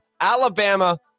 Alabama